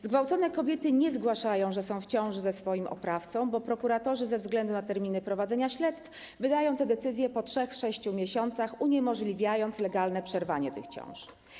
Zgwałcone kobiety nie zgłaszają, że są w ciąży ze swoim oprawcą, bo prokuratorzy ze względu na terminy prowadzenia śledztw wydają te decyzje po 3-6 miesiącach, uniemożliwiając legalne przerwanie tych ciąż.